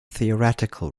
theoretical